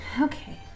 Okay